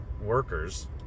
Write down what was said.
workers